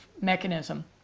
mechanism